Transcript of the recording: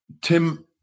Tim